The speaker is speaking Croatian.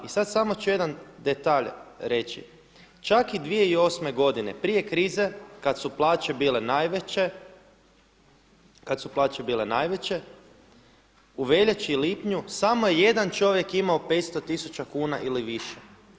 I sada samo ću jedan detalj reći, čak i 2008. godine prije krize kada su plaće bile najveće, kada su plaće bile najveće, u veljači i lipnju samo je jedan čovjek imao 500 tisuća kuna ili više.